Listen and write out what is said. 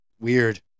Weird